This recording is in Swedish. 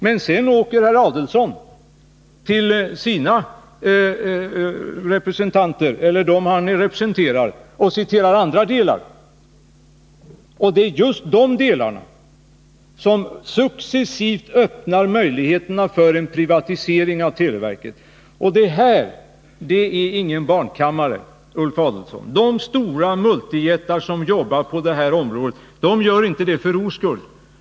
Men sedan åker herr Adelsohn till dem han representerar och citerar där andra delar av propositionen, och det är just de delarna som successivt öppnar möjligheter för en privatisering av televerket. Det här är ingen barnkammare, herr Adelsohn. Multijättarna på det här området jobbar inte för ro skull.